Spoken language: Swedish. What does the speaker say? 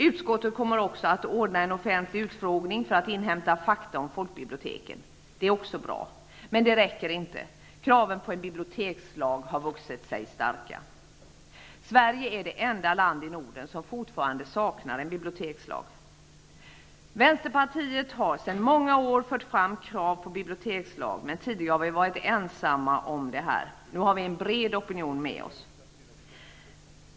Utskottet kommer att ordna en offentlig utfrågning för att inhämta fakta om folkbiblioteken. Det är också bra. Men det räcker inte. Kraven på en bibliotekslag har vuxit sig starka. Sverige är det enda land i Norden som fortfarande saknar en bibliotekslag. Vänsterpartiet har i många år fört fram krav på bibliotekslag, men tidigare har vi varit ensamma om det. Nu har vi en bred opinion med oss.